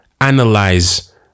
analyze